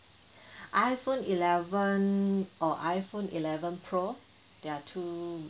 iphone eleven or iphone eleven pro there are two